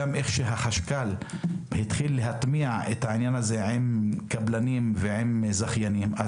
כפי שהחשכ"ל התחיל להטמיע את העניין הזה עם קבלנים ועם זכיינים,